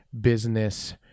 business